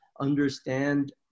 understand